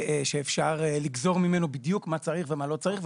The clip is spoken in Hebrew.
שאפשר לגזור ממנו בדיוק מה צריך ומה לא צריך,